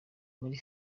muri